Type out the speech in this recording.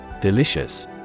Delicious